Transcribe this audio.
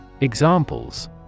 Examples